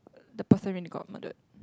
the person really got murdered